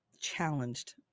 challenged